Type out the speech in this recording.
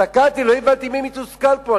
הסתכלתי, לא הבנתי מי מתוסכל פה.